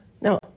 Now